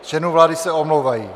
Z členů vlády se omlouvají...